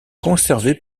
conservé